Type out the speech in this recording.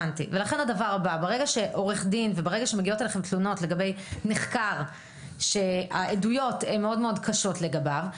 ברגע שמגיעות אליכם תלונות לגבי נחקר שהעדויות הן מאוד מאוד קשות לגביו,